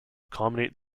accommodate